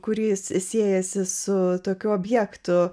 kuris siejasi su tokiu objektu